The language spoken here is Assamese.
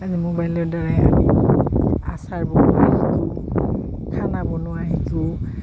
আজি মোবাইলৰ দ্বাৰাই আমি আচাৰ বনোৱা